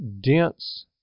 dense